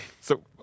So-